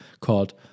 called